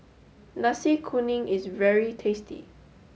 Nasi Kuning is very tasty